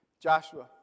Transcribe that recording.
Joshua